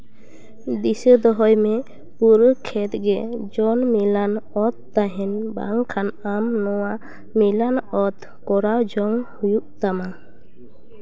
ᱫᱤᱥᱟᱹ ᱫᱚᱦᱚᱭ ᱢᱮ ᱯᱩᱨᱟᱹ ᱠᱷᱮᱛ ᱜᱮ ᱡᱚᱞ ᱢᱮᱞᱟᱱ ᱚᱛ ᱛᱟᱦᱮᱱ ᱵᱟᱝᱠᱷᱟᱱ ᱟᱢ ᱱᱚᱣᱟ ᱢᱮᱞᱟᱱ ᱚᱛ ᱠᱚᱨᱟᱣ ᱡᱚᱝ ᱦᱩᱭᱩᱜ ᱛᱟᱢᱟ